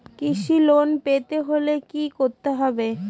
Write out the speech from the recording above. কৃষি লোন পেতে হলে কি করতে হবে?